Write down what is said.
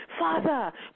Father